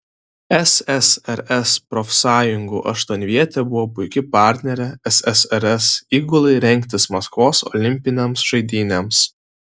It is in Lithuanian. ssrs profsąjungų aštuonvietė buvo puiki partnerė ssrs įgulai rengtis maskvos olimpinėms žaidynėms